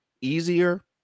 easier